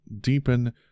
deepen